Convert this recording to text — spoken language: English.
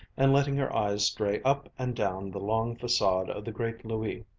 and letting her eyes stray up and down the long facade of the great louis.